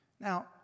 Now